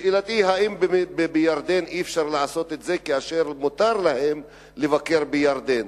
שאלתי: האם באמת בירדן אי-אפשר לעשות את זה כאשר מותר להם לבקר בירדן?